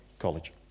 College